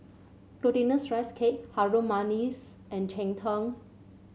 Glutinous Rice Cake Harum Manis and Cheng Tng